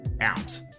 out